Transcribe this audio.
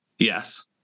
Yes